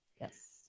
Yes